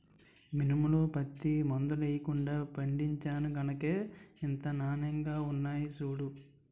మినుములు, పత్తి మందులెయ్యకుండా పండించేను గనకే ఇంత నానెంగా ఉన్నాయ్ సూడూ